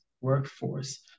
workforce